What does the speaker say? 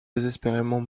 désespérément